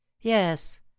Yes